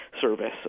service